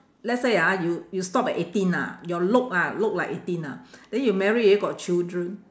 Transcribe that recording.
let's say ah you you stop at eighteen ah your look ah look like eighteen ah then you married already got children